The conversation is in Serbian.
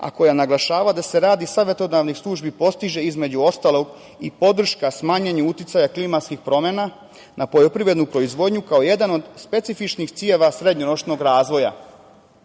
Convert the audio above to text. a koja naglašava da se rad savetodavnih službi postiže između ostalog i podrška smanjenju uticaja klimatskih promena na poljoprivrednu proizvodnju, kao jedan od specifičnih ciljeva srednjoročnog razvoja. Takođe,